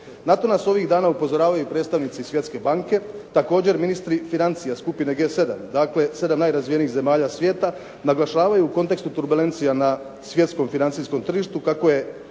Na to nas ovih dana upozoravaju i predstavnici Svjetske banke. Također ministri financija, skupine G7. Dakle 7 najrazvijenijih zemalja svijeta naglašavaju u kontekstu turbulencija na svjetskom financijskom tržištu kako je